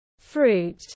fruit